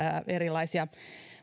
erilaisia